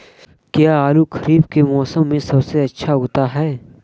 क्या आलू खरीफ के मौसम में सबसे अच्छा उगता है?